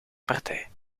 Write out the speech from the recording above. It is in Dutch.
partij